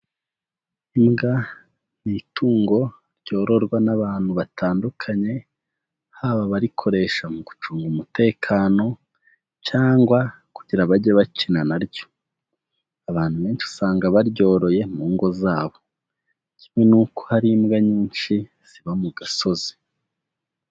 Imbwa ni itungo ryororwa n'abantu batandukanye, haba abarikoresha mu gucunga umutekano cyangwa kugira bajye bakina na ryo, abantu benshi usanga baryoroye mu ngo zabo, kimwe n'uko hari imbwa nyinshi ziba mu gasozi.